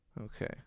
okay